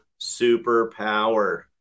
superpower